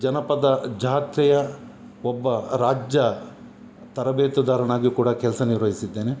ಜನಪದ ಜಾತ್ರೆಯ ಒಬ್ಬ ರಾಜ್ಯ ತರಬೇತುದಾರನಾಗಿ ಕೂಡ ಕೆಲಸ ನಿರ್ವಹಿಸಿದ್ದೇನೆ